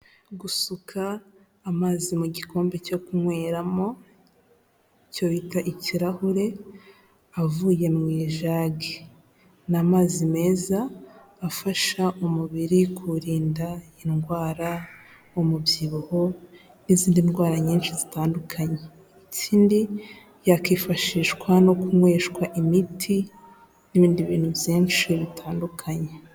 Gusuka amazi mu gikombe cyo kunyweramo icyobita ikirahure avuye mu ijage, ni amazi meza afasha umubiri kurinda indwara ,umubyibuho, n'izindi ndwara nyinshi zitandukanye. Yakwifashishwa no kunyweshwa imiti n'ibindi bintu byinshi bitandukanye.